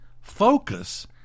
focus